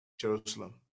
Jerusalem